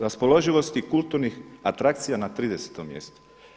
Raspoloživosti kulturnih atrakcija na 30. mjestu.